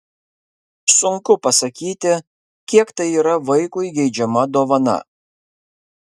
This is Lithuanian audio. sunku pasakyti kiek tai yra vaikui geidžiama dovana